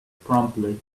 promptly